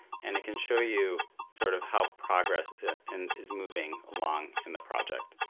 and it can show you sort of how progress and is moving along in the project.